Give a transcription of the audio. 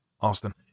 Austin